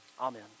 Amen